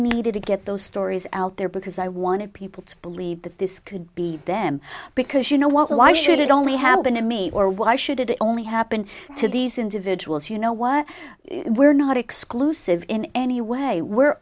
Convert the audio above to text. needed to get those stories out there because i wanted people to believe that this could be them because you know what why should it only happen in me or why should it only happen to these individuals you know what we're not exclusive in any way we're